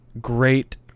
great